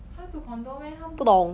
她住 condo~ meh 她不是